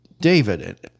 David